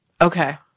Okay